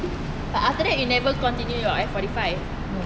but after that you never continue your F forty five